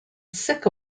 sick